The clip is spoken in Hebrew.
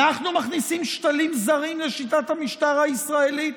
אנחנו מכניסים שתלים זרים לשיטת המשטר הישראלית?